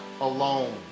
alone